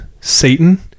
Satan